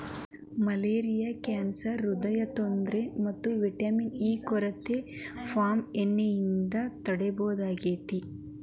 malaria cancer ಹ್ರೃದ್ರೋಗ ಮತ್ತ vitamin A ಕೊರತೆನ ಪಾಮ್ ಎಣ್ಣೆಯಿಂದ ತಡೇಬಹುದಾಗೇತಿ